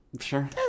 sure